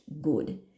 good